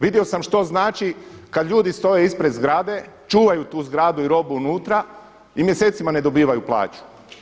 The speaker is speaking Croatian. Vidio sam što znači kad ljudi stoje ispred zgrade, čuvaju tu zgradu i robu unutra i mjesecima ne dobivaju plaću.